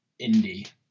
indie